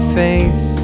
face